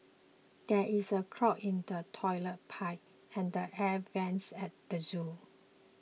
there is a clog in the Toilet Pipe and the Air Vents at the zoo